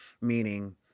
meaning